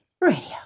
Radio